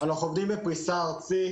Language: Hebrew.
אנחנו עובדים בפריסה ארצית,